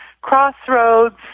crossroads